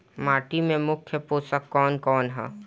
माटी में मुख्य पोषक कवन कवन ह?